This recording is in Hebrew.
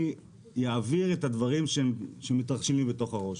אעביר את הדברים שמתרחשים לי בראש.